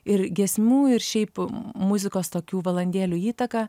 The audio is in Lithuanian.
ir giesmių ir šiaip muzikos tokių valandėlių įtaką